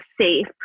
safe